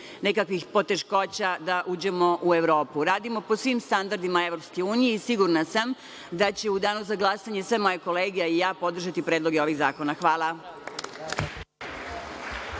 nekakvih poteškoća da uđemo u Evropu. Radimo po svim standardima Evropske unije i sigurna sam da će u Danu za glasanje sve moje kolege, a i ja, podržati predloge ovih zakona. Hvala.